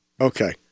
Okay